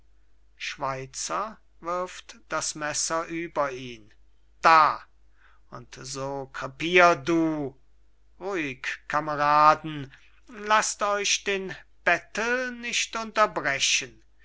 ihn da und so krepir du ruhig kameraden laßt euch den bettel nicht unterbrechen